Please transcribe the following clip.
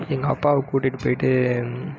எங்கள் அப்பாவை கூட்டிட்டு போய்ட்டு